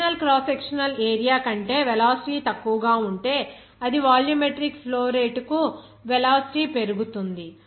original cross sectional area కంటే velocity తక్కువగా ఉంటే అదే వాల్యూమెట్రిక్ ఫ్లో రేటు కు వెలాసిటీ పెరుగుతుంది